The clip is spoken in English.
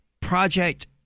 Project